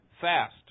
fast